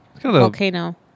volcano